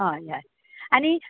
हय हय आनी